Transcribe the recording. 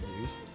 use